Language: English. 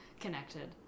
connected